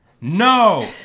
No